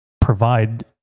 provide